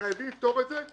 חייבים לפתור את זה,